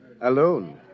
alone